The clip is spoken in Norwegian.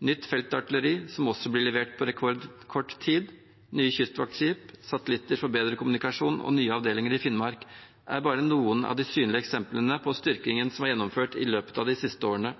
nytt feltartilleri, som også blir levert på rekordkort tid, nye kystvaktskip, satellitter for bedre kommunikasjon og nye avdelinger i Finnmark er bare noen av de synlige eksemplene på styrkingen som er gjennomført i løpet av de siste årene.